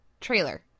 trailer